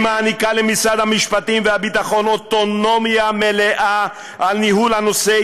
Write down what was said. היא מעניקה למשרדי המשפטים והביטחון אוטונומיה מלאה על ניהול הנושא.